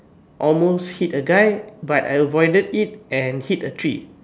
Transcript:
almost hit a guy but I avoided it and hit a tree